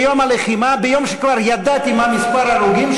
ביום שכבר ידעתי מה מספר ההרוגים,